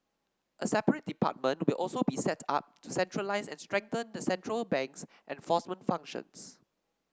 a separate department will also be set up to centralise and strengthen the central bank's enforcement functions